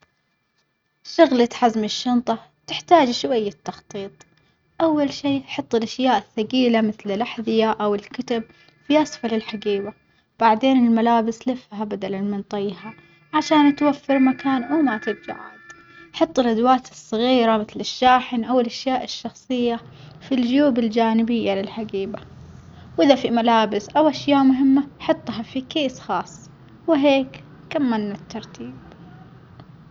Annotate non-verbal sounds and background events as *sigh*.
شغلة حزم الشنطة تحتاج شوية تخطيط، أول شي حط الأشياء الثجيلة مثل الأحذية أو الكتب في أسفل الحجيبة، بعدين الملابس لفها بدلًا من طيها عشان توفر مكان *noise* وما تتجعد، حط الأدوات الصغيرة مثل الشاحن أو الأشياء الشخصية في الجيوب الجانبية للحجيبة، وإذا في ملابس أو أشياء مهمة حطها في كيس خاص وهيك كمانا الترتيب.